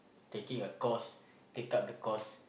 taking a course take up the course